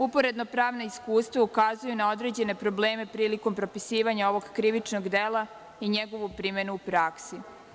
Uporedno pravna iskustva ukazuju na određene probleme prilikom propisivanja ovog krivičnog dela i njegove primene u praksi.